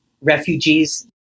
refugees